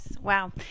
wow